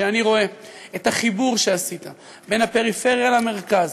כשאני רואה את החיבור שעשית בין הפריפריה למרכז,